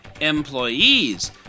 Employees